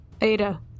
Ada